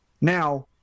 Now